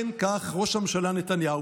כן, כך ראש הממשלה נתניהו.